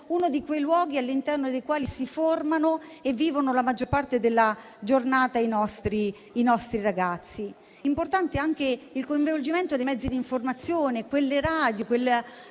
sono i luoghi all'interno dei quali si formano e vivono la maggior parte della giornata i nostri ragazzi. È importante anche il coinvolgimento dei mezzi di informazione, delle radio